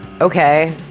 Okay